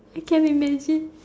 it can imagine